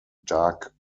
dark